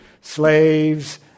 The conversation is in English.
slaves